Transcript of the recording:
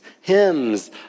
hymns